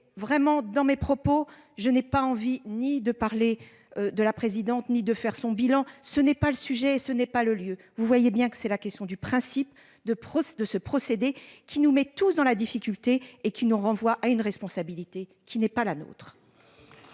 et vraiment dans mes propos, je n'ai pas envie ni de parler de la présidente, ni de faire son bilan. Ce n'est pas le sujet, ce n'est pas le lieu vous voyez bien que c'est la question du principe de procès de ce procédé qui nous met tous dans la difficulté et qui nous renvoie à une responsabilité qui n'est pas la nôtre.